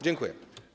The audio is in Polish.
Dziękuję.